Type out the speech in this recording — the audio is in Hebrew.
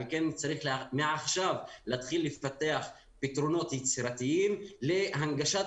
על כן צריך מעכשיו להתחיל לפתח פתרונות יצירתיים להנגשת